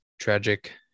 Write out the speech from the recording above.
tragic